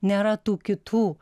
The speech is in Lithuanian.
nėra tų kitų